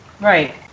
Right